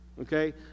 Okay